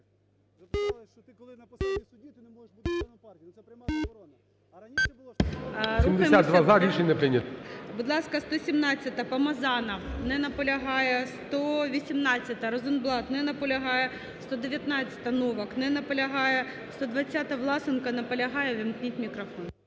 Будь ласка, 117-а, Помазанов. Не наполягає. 118-а, Розенблат. Не наполягає. 119-а, Новак. Не наполягає. 120-а, Власенко. Наполягає. Ввімкніть мікрофон.